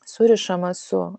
surišamas su